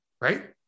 right